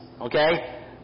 Okay